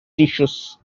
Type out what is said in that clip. tissues